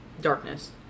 darkness